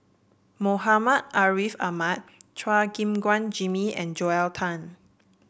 Muhammad Ariff Ahmad Chua Gim Guan Jimmy and Joel Tan